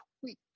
tweet